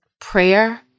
prayer